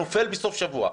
נופל בסוף שבוע.